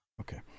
Okay